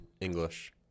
English